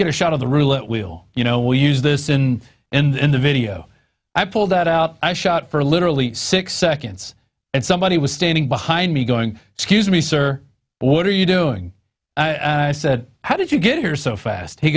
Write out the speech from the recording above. get a shot of the roulette wheel you know we use this in and the video i pulled that out i shot for literally six seconds and somebody was standing behind me going scuse me sir what are you doing i said how did you get here so fast he